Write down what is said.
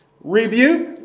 rebuke